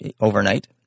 overnight